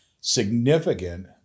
significant